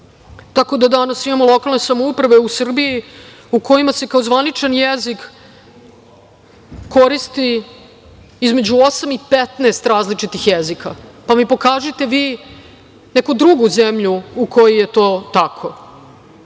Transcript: Danas imamo lokalne samouprave u Srbiji u kojima se kao zvaničan jezik koristi između osam i 15 različitih jezika, pa mi pokažite vi neku drugu zemlju u kojoj je to tako. Što